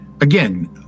again